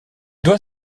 doit